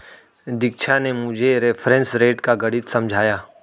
दीक्षा ने मुझे reference rate का गणित समझाया